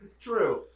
True